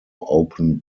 open